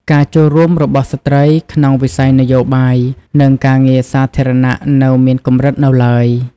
ការចូលរួមរបស់ស្ត្រីក្នុងវិស័យនយោបាយ និងការងារសាធារណៈនៅមានកម្រិតនៅឡើយ។